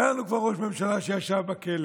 היה לנו כבר ראש ממשלה שישב בכלא,